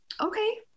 okay